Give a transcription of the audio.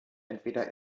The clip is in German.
entweder